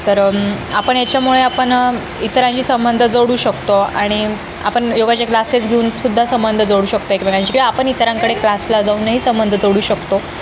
तर आपण याच्यामुळे आपण इतरांशी संबंध जोडू शकतो आणि आपण योगाचे क्लासेस घेऊनसुद्धा संबंध जोडू शकतो एकमेकांशी किंवा आपण इतरांकडे क्लासला जाऊनही संबंध जोडू शकतो